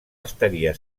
estaria